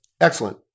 Excellent